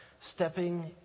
stepping